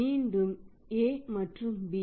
மீண்டும் A மற்றும் B